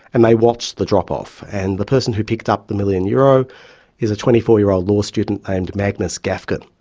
and they watched the drop-off. and the person who picked up the million euro was a twenty four year old law student a named magnus gafgen.